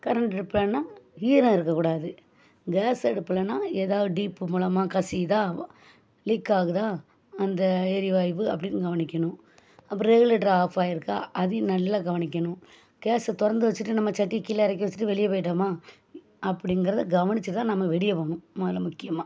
current அடுப்பிலனா ஈரம் இருக்கக்கூடாது கேஸ் அடுப்பிலனா ஏதாவது டீப்பு மூலமாக கசியுதா லீக் ஆகுதா அந்த எரிவாய்வு அப்படின்னு கவனிக்கணும் அப்புறம் ரெகுலேட்ரு ஆஃப் ஆகியிருக்கா அதையும் நல்லா கவனிக்கணும் கேஸ்ஸை திறந்து வச்சுட்டு நம்ம சட்டியை கீழே இறக்கி வச்சுட்டு வெளியே போய்ட்டோமா அப்படிங்கிறத கவனித்து தான் வெளியே போகணும் முதல்ல முக்கியமாக